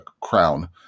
crown